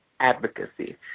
Advocacy